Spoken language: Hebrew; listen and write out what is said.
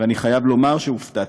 ואני חייב לומר שהופתעתי.